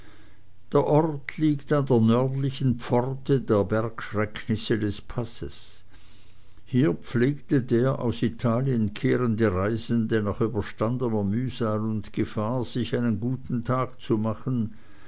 der ort liegt an der nördlichen pforte der bergschrecknisse des passes hier pflegte der aus italien kehrende reisende nach überstandener mühsal und gefahr sich einen guten tag zu machen